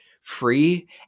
free